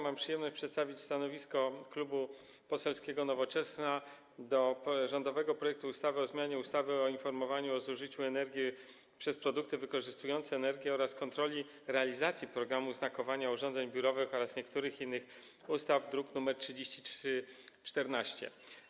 Mam przyjemność przedstawić stanowisko Klubu Poselskiego Nowoczesna co do rządowego projektu ustawy o zmianie ustawy o informowaniu o zużyciu energii przez produkty wykorzystujące energię oraz o kontroli realizacji programu znakowania urządzeń biurowych oraz niektórych innych ustaw, druk nr 3314.